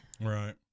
Right